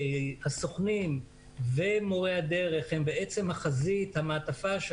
הסוכנים ומורי הדרך הם החזית, המעטפה.